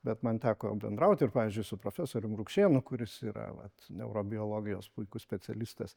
bet man teko bendraut ir pavyzdžiui su profesorium rukšėnu kuris yra vat neurobiologijos puikus specialistas